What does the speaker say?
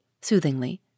soothingly